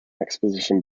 exposition